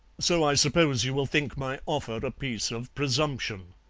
so i suppose you will think my offer a piece of presumption.